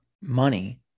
money